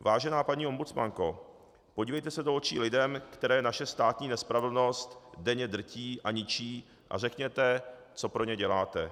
Vážená paní ombudsmanko, podívejte se do očí lidem, které naše státní nespravedlnost denně drtí a ničí, a řekněte, co pro ně děláte.